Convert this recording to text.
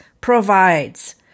provides